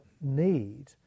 need